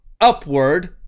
upward